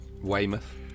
Weymouth